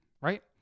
Right